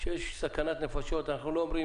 כשיש סכנת נפשות אנחנו לא צריכים